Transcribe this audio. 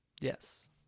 Yes